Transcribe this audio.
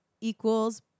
equals